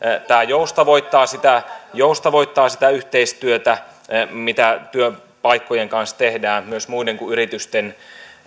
tämä joustavoittaa sitä joustavoittaa sitä yhteistyötä mitä työpaikkojen kanssa tehdään myös muiden kuin yritysten